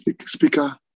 speaker